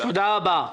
תודה רבה.